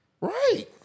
Right